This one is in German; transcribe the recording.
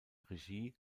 regie